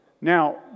Now